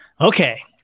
Okay